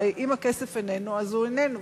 הרי אם הכסף איננו אז הוא איננו,